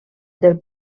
del